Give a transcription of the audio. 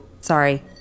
Sorry